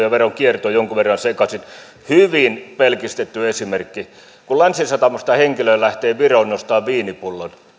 ja veronkierto jonkun verran sekaisin hyvin pelkistetty esimerkki kun länsisatamasta henkilö lähtee viroon ostamaan viinipullon